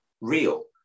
real